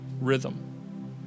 rhythm